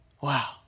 Wow